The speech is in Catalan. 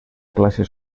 classe